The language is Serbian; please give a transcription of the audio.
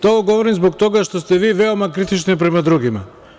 To vam govorim zbog toga što ste vi veoma kritični prema drugima.